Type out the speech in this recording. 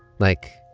like,